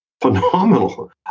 phenomenal